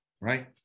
right